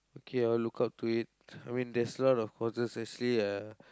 okay I'll look out to it I mean there's a lot of courses actually uh